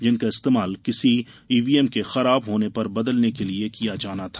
जिनका इस्तमाल किसी ईवीएम के खराब होने पर बदलने के लिये किया जाना था